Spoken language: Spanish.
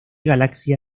galaxia